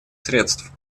средств